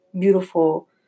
beautiful